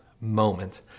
moment